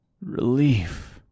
Relief